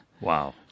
Wow